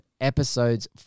episodes